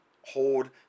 hold